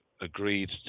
agreed